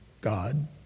God